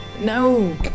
No